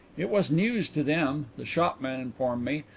it was news to them, the shopman informed me,